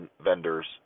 vendors